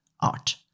art